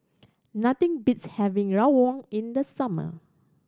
nothing beats having rawon in the summer